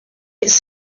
its